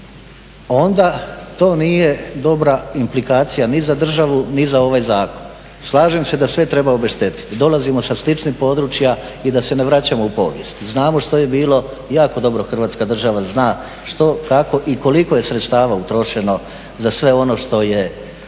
onda to nije dobra implikacija ni za državu ni za ovaj zakon. Slažem se da sve treba obeštetiti. Dolazimo sa sličnih područja i da se ne vraćamo u povijest. Znamo što je bilo, jako dobro Hrvatska država zna što, kako i koliko je sredstava utrošeno za sve ono što je